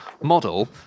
model